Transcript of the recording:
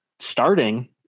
starting